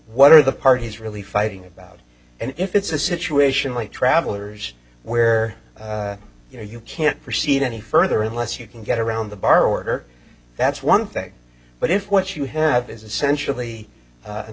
what are the parties really fighting about and if it's a situation like travellers where you know you can't proceed any further unless you can get around the bar order that's one thing but if what you have is essentially an